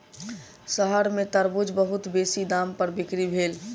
शहर में तरबूज बहुत बेसी दाम पर बिक्री भेल